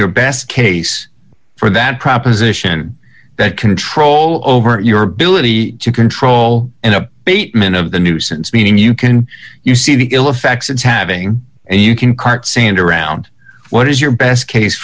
your best case for that proposition that control over your ability to control and a bateman of the nuisance meaning you can you see the ill effects it's having and you can cart sand around what is your best case